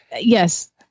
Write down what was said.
yes